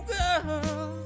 girl